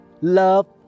love